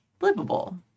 livable